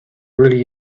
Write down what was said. really